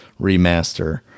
remaster